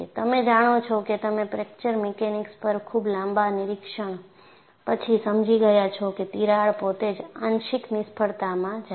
તમે જાણો છો કે તમે ફ્રેક્ચર મિકેનિક્સ પર ખૂબ લાંબા નિરીક્ષણ પછી સમજી ગયા છો કે તિરાડ પોતે જ આંશિક નિષ્ફળતામાં જાય છે